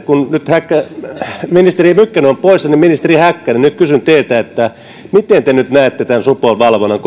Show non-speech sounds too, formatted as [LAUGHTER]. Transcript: kun nyt ministeri mykkänen on poissa niin ministeri häkkänen kysyn teiltä miten te nyt näette tämän supon valvonnan [UNINTELLIGIBLE]